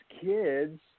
kids